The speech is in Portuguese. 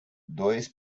dois